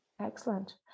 Excellent